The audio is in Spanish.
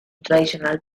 tradicional